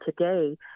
today